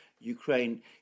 Ukraine